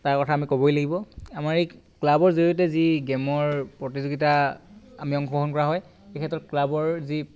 তাৰ কথা আমি ক'বই লাগিব আমাৰ এই ক্লাবৰ জৰিয়তে যি গেমৰ প্ৰতিযোগিতা আমি অংশগ্ৰহণ কৰা হয় এই ক্ষেত্ৰত ক্লাবৰ যি